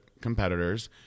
competitors